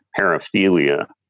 paraphilia